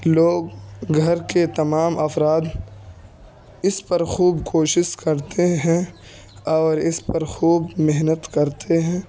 لوگ گھر کے تمام افراد اس پر خوب کوشش کرتے ہیں اور اس پر خوب محنت کرتے ہیں